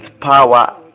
power